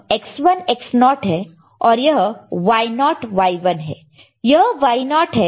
तो यह X1 X0 naught naught है और यह Y0 नॉट् naught Y1 है